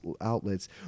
outlets